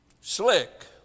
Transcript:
Slick